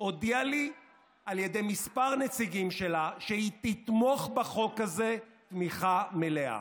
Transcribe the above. הודיעה לי על ידי כמה נציגים שלה שהיא תתמוך בחוק הזה תמיכה מלאה.